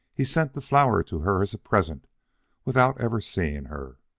he sent the flour to her as a present without ever seeing her.